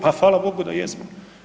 Pa hvala Bogu da jesmo.